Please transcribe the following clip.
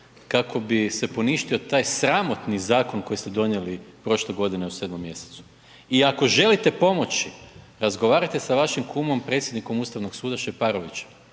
kako bi se poništio taj sramotni zakon koji ste donijeli prošle godine u sedmom mjesecu. I ako želite pomoći razgovarajte sa vašim kumom predsjednikom Ustavnog suda Šeparovićem,